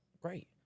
Great